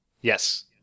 yes